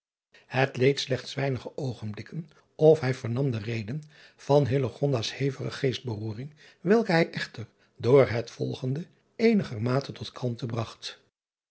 et leed slechts weinige oogenblikken of hij vernam de reden van s hevige geestberoering welke hij echter door het volgende eenigermate tot kalmte bragt